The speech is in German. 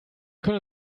können